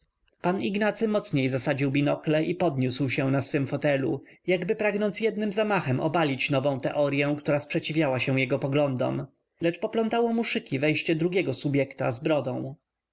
p ignacy mocniej zasadził binokle i podniósł się na swym fotelu jakby pragnąc jednym zamachem obalić nową teoryę która przeciwstawiała się jego poglądom lecz poplątało mu szyki wejście drugiego subjekta z brodą